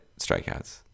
strikeouts